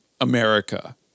America